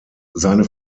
seine